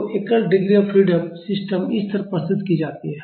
तो एकल degree of freedom system इस तरह प्रस्तुत की जाती है